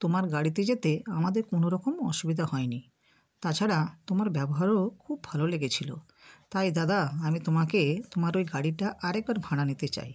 তোমার গাড়িতে যেতে আমাদের কোনো রকম অসুবিধা হয় নি তাছাড়া তোমার ব্যবহারও খুব ভালো লেগেছিলো তাই দাদা আমি তোমাকে তোমার ওই গাড়িটা আরেকবার ভাড়া নিতে চাই